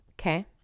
okay